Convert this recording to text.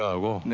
ah award.